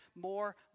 more